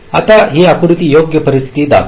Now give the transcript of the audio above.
आता हे आकृती योग्य परिस्थिती दाखवते